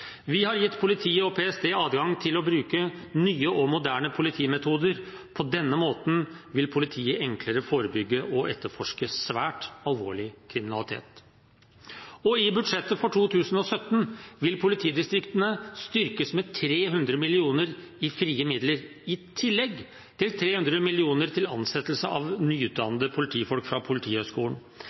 Vi har gitt politiet og PST adgang til å bruke nye og moderne politimetoder. På denne måten vil politiet enklere forebygge og etterforske svært alvorlig kriminalitet. I budsjettet for 2017 vil politidistriktene styrkes med 300 mill. kr i frie midler, i tillegg til 300 mill. kr til ansettelse av nyutdannede politifolk fra Politihøgskolen.